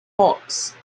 hawks